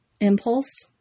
Impulse